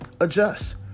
adjust